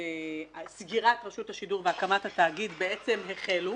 סגירת רשות השידור והקמת התאגיד רק החלו,